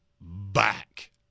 back